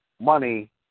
money